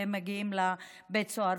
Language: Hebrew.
והם מגיעים לבתי הסוהר.